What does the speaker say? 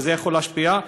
זה יכול להשפיע,